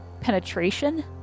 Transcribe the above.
penetration